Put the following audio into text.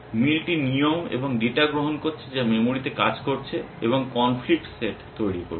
মিল টি নিয়ম এবং ডেটা গ্রহণ করছে যা মেমরিতে কাজ করছে এবং কনফ্লিক্ট সেট তৈরি করছে